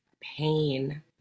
pain